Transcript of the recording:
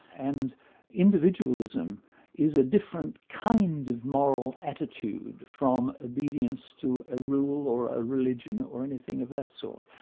and individualism is a different kind of moral attitude from obedience to a rule or a religion, or anything of that sort.